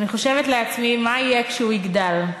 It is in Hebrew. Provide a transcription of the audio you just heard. אני חושבת לעצמי מה יהיה כשהוא יגדל.